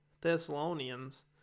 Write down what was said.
Thessalonians